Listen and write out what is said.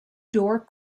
dore